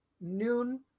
noon